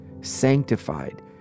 sanctified